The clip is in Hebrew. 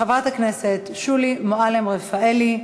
חברת הכנסת שולי מועלם-רפאלי,